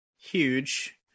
Huge